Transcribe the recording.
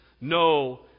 no